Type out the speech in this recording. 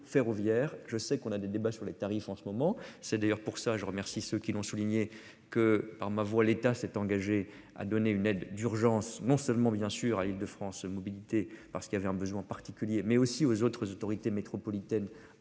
ferroviaire. Je sais qu'on a des débats sur les tarifs en ce moment. C'est d'ailleurs pour ça je remercie ceux qui l'ont souligné que par ma voix, l'État s'est engagé à donner une aide d'urgence non seulement bien sûr à l'Île-de-France mobilités parce qu'il y avait un besoin particulier mais aussi aux autres autorités métropolitaines